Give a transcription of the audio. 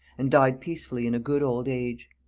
and died peacefully in a good old age.